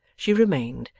she remained,